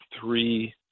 three